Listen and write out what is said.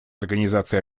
организации